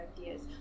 ideas